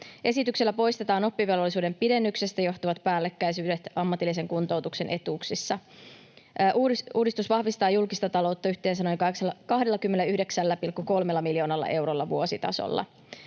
Esityksellä poistetaan oppivelvollisuuden pidennyksestä johtuvat päällekkäisyydet ammatillisen kuntoutuksen etuuksissa. Uudistus vahvistaa julkista taloutta yhteensä noin 29,3 miljoonalla eurolla vuositasolla.